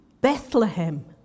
Bethlehem